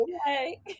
Okay